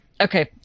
Okay